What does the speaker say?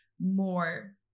more